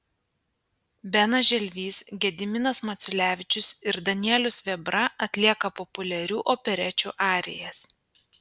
benas želvys gediminas maciulevičius ir danielius vėbra atlieka populiarių operečių arijas